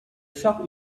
shop